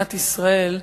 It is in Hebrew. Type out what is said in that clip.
במדינת ישראל,